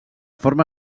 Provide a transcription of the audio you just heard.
forma